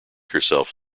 herself